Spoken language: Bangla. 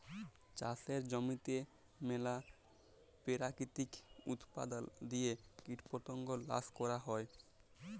চাষের জমিতে ম্যালা পেরাকিতিক উপাদাল দিঁয়ে কীটপতঙ্গ ল্যাশ ক্যরা হ্যয়